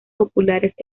populares